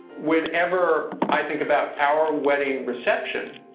whenever i think about our wedding reception,